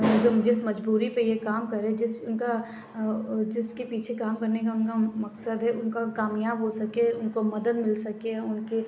جب جس مجبوری پہ یہ کام کریں جس کا جس کے پیچھے کام کرنے کا اُن کا مقصد ہے اُن کا کامیاب ہوسکے اُن کو مدد مل سکے اُن کی